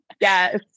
Yes